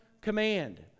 command